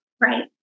Right